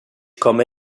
komme